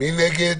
מי נגד?